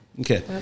Okay